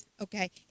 Okay